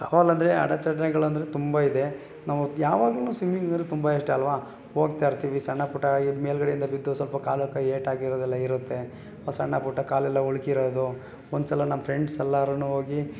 ಸವಾಲು ಅಂದರೆ ಅಡೆಚಣೆಗಳಂದರೆ ತುಂಬ ಇದೆ ನಾವು ಯಾವಾಗ್ಲು ಸಿಮ್ಮಿಂಗ್ ಅಂದ್ರೆ ತುಂಬ ಇಷ್ಟ ಆಲ್ವಾ ಹೋಗ್ತಾ ಇರ್ತೀವಿ ಸಣ್ಣ ಪುಟ್ಟ ಮೇಲುಗಡೆಯಿಂದ ಬಿದ್ದು ಸ್ವಲ್ಪ ಕಾಲೋ ಕೈ ಏಟಾಗಿರೋದೆಲ್ಲ ಇರುತ್ತೆ ಸಣ್ಣ ಪುಟ್ಟ ಕಾಲೆಲ್ಲ ಉಳುಕಿರೋದು ಒಂದು ಸಲ ನಮ್ಮ ಫ್ರೆಂಡ್ಸ್ ಎಲ್ಲಾರು ಹೋಗಿ